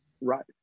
Right